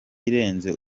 irenze